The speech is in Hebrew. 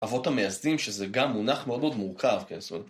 אבות המייסדים, שזה גם מונח מאוד מאוד מורכב, כן, זאת אומרת.